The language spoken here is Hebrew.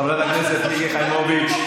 חברת הכנסת מיקי חיימוביץ'.